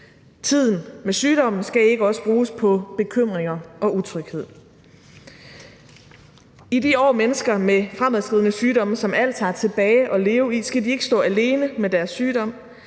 Tiden med sygdommen skal ikke også bruges på bekymringer og utryghed. I de år, mennesker med fremadskridende sygdomme som als har tilbage at leve i, skal de ikke kan stå alene med deres sygdom